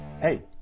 hey